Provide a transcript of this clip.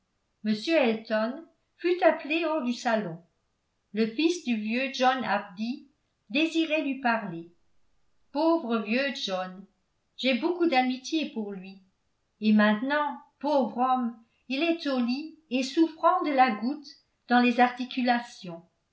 m elton fut appelé hors du salon le fils du vieux john abdy désirait lui parler pauvre vieux john j'ai beaucoup d'amitié pour lui et maintenant pauvre homme il est au lit et souffrant de la goutte dans les articulations